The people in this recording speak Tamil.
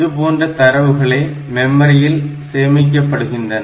இதுபோன்ற தரவுகளே மெமரியில் சேமிக்கப்பட்டுகின்றன